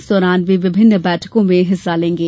इस दौरान वे विभिन्न बैठकों में हिस्सा लेंगे